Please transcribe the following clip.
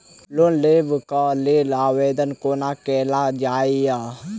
Loan लेबऽ कऽ लेल आवेदन कोना कैल जाइया?